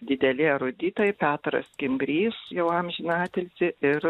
dideli eruditai petras kimbrys jau amžinatilsį ir